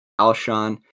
Alshon